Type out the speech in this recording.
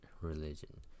Religion